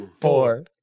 Four